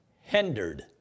hindered